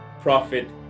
profit